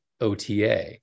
OTA